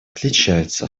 отличаются